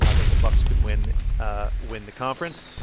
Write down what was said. ah that the bucs could win ah win the conference.